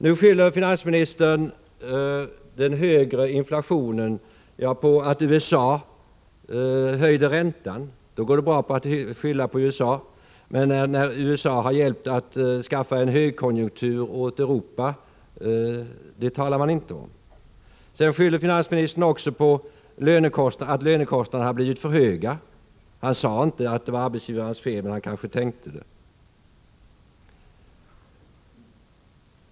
Nu skyller finansministern den högre inflationen på att USA höjde räntan. Att skylla detta på USA går bra, men man talar inte om att USA har hjälpt till att skapa en högkonjunktur åt Europa. Finansministern skyller också på att lönekostnaderna har blivit för höga. Han sade inte att det var arbetsgivarnas fel, men han kanske tänkte det.